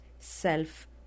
Self